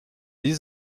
sie